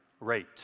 rate